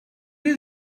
you